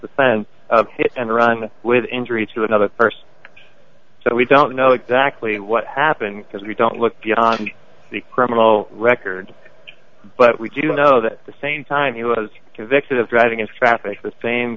the scent of hit and run with injury to another person so we don't know exactly what happened because we don't look beyond the criminal record but we do know that the same time he was convicted of driving in traffic with the same